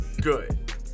Good